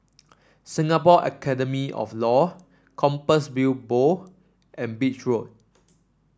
Singapore Academy of Law Compassvale Bow and Beach Road